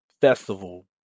festival